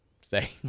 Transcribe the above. say